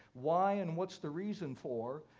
why and what's the reason for.